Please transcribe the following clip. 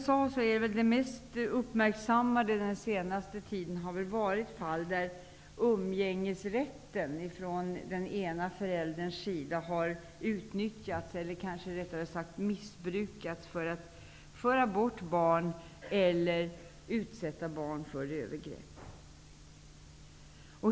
Som jag sade har de mest uppmärksammade fallen under den senaste tiden varit fall där umgängesrätten från den ena förälderns sida har utnyttjats, eller rättare sagt missbrukats, för att föra bort barn eller utsätta barn för övergrepp.